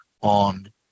on